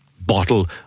bottle